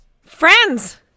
Friends